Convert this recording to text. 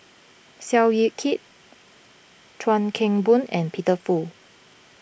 Seow Yit Kin Chuan Keng Boon and Peter Fu